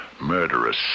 Murderous